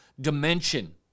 dimension